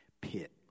pit